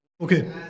Okay